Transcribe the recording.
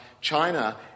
China